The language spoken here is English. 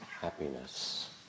happiness